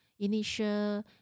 initial